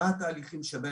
מה זה הבלגאן הזה?